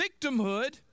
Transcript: victimhood